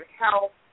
health